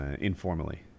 informally